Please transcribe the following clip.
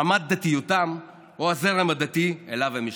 רמת דתיותם או הזרם הדתי שאליו הם משתייכים.